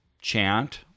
chant